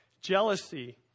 jealousy